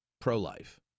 pro-life